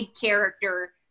character